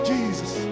Jesus